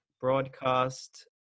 broadcast